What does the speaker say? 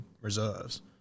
reserves